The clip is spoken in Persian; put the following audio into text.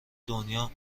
دنیا